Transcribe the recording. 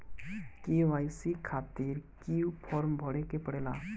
KYC खातिर क्यूं form भरे के पड़ेला?